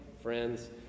friends